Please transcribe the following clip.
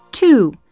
two